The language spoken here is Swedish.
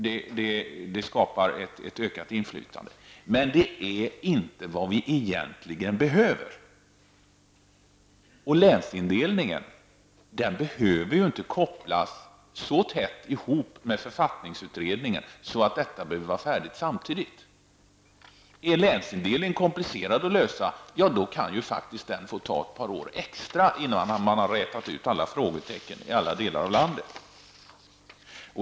Det skapar ett ökat inflytande, men det är inte vad vi egentligen behöver. Länsindelningen behöver ju inte kopplas så tätt ihop med författningsutredningen så att de behöver vara färdiga samtidigt. Om länsindelningen är komplicerad att lösa kan den faktiskt få ta ett par år extra innan man har rätat ut frågetecknen i alla delar av landet.